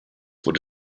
wurde